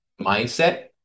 mindset